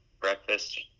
breakfast